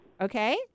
Okay